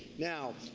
now,